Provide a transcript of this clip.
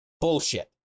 Bullshit